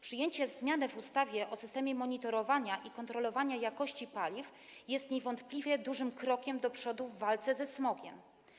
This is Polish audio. Przyjęcie zmian w ustawie o systemie monitorowania i kontrolowania jakości paliw jest niewątpliwie dużym krokiem do przodu w walce ze smogiem.